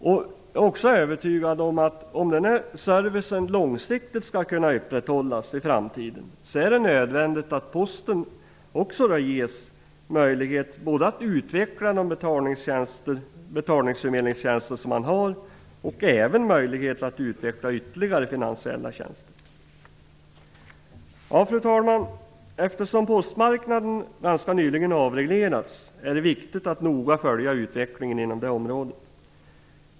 Jag är också övertygad om att om den här servicen långsiktigt skall kunna upprätthållas i framtiden är det nödvändigt att posten ges möjlighet både att utveckla de betalningsförmedlingstjänster som man har och att utveckla ytterligare finansiella tjänster. Fru talman! Eftersom postmarknaden ganska nyligen avreglerats är det viktigt att noga följa utvecklingen inom det området.